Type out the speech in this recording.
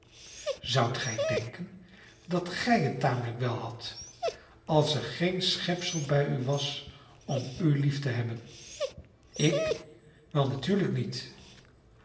zoudt gij denken dat gij het tamelijk wel hadt als er geen schepsel bij u was om u lief te hebben ik wel natuurlijk niet